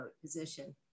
position